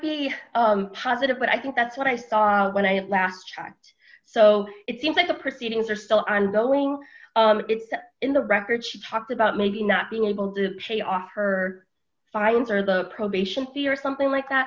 be positive but i think that's what i saw when i last checked so it seems like the proceedings are still ongoing in the record she talked about maybe not being able to pay off her silence or the probation fee or something like that